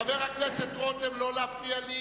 חבר הכנסת רותם, לא להפריע לי